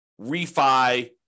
refi